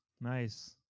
nice